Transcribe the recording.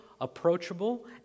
approachable